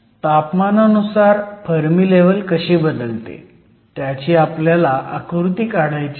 तापमानानुसार Fermi level कशी बदलते त्याची आपल्याला आकृती काढायची आहे